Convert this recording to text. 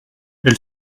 elle